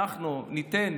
אנחנו ניתן